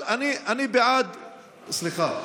סליחה.